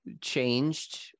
changed